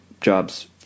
jobs